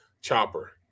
chopper